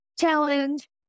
challenge